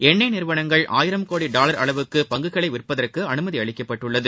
எண்ணெய் நிறுவனங்கள் ஆயிரம் கோடி டாலர் அளவுக்கு பங்குகளை விற்பதற்கு அனுபதி அளிக்கப்பட்டுள்ளது